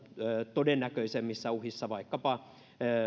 todennäköisemmissä uhissa vaikkapa